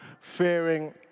fearing